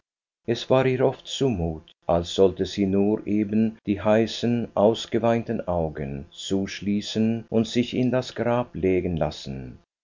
es war ihr oft zu mut als sollte sie nur eben die heißen ausgeweinten augen zuschließen und sich in das grab legen lassen